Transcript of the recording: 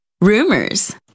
rumors